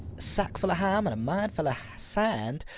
sack full of ham and a mind full of sand.